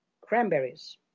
cranberries